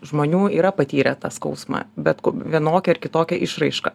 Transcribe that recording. žmonių yra patyrę tą skausmą bet vienokia ar kitokia išraiška